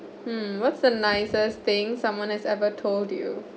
hmm what's the nicest thing someone has ever told you